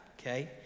okay